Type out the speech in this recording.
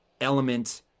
element